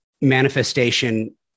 manifestation